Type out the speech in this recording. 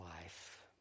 life